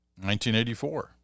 1984